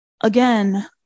Again